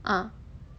ah